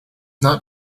not